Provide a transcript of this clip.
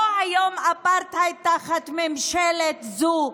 לא היום אפרטהייד תחת ממשלה זאת,